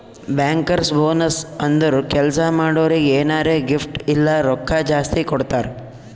bankers bonus ಅಂದುರ್ ಕೆಲ್ಸಾ ಮಾಡೋರಿಗ್ ಎನಾರೇ ಗಿಫ್ಟ್ ಇಲ್ಲ ರೊಕ್ಕಾ ಜಾಸ್ತಿ ಕೊಡ್ತಾರ್